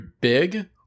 big